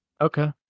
Okay